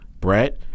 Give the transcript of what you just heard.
Brett